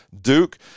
Duke